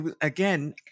again